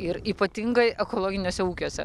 ir ypatingai ekologiniuose ūkiuose